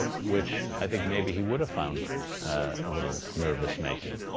ah which i think maybe he would've found a little nervous-making.